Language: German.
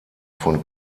von